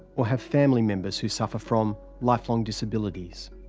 or have family members who suffer from, lifelong disabilities.